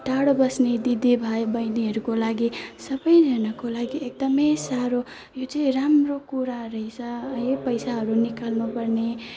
टाढो बस्ने दिदी भाइबहिनीहरूको लागि सबैजनाको लागि एकदमै साह्रो यो चाहिँ राम्रो कुरा रहेछ यो पैसाहरू निकाल्नुपर्ने